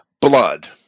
blood